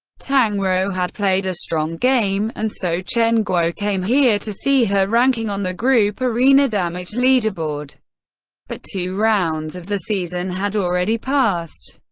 tang rou had played a strong game, and so chen guo came here to see her ranking on the group arena damage leaderboard but two rounds of the season had already passed.